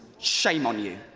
shame on you!